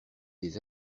des